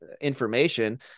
information